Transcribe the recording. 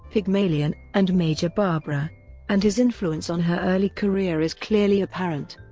pygmalion and major barbara and his influence on her early career is clearly apparent.